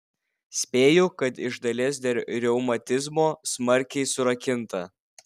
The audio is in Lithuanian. spėju kad iš dalies dėl reumatizmo smarkiai surakinta